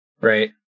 right